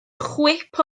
chwip